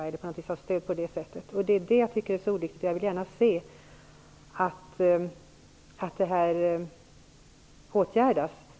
Det är detta som jag tycker är så olyckligt. Jag vill gärna se att detta åtgärdas.